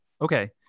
Okay